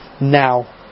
Now